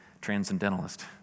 transcendentalist